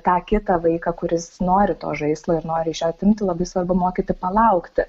tą kitą vaiką kuris nori to žaislo ir nori iš jo atimti labai svarbu mokyti palaukti